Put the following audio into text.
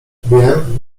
wiem